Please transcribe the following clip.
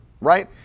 right